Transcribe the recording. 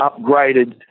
upgraded